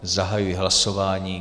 Zahajuji hlasování.